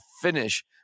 finish